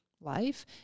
life